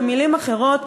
במילים אחרות,